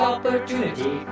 Opportunity